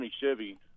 Chevy